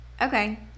Okay